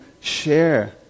share